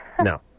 No